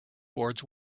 boards